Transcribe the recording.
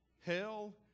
hell